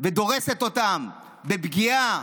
ודורסת אותם, בפגיעה.